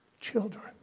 Children